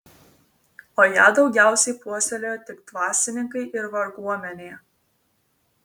o ją daugiausiai puoselėjo tik dvasininkai ir varguomenė